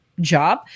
job